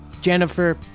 Jennifer